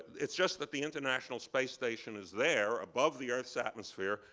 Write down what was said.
it's just that the international space station is there above the earth's atmosphere.